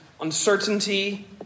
uncertainty